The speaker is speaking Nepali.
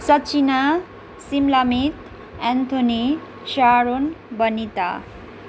सचिना सिमलामित एन्थोनी स्यारोन बनिता